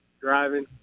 driving